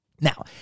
Now